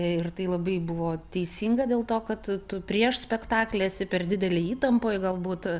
ir tai labai buvo teisinga dėl to kad tu prieš spektaklį esi per didelėj įtampoj galbūt